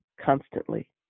Constantly